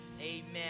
amen